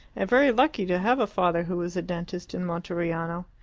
and very lucky to have a father who was a dentist in monteriano.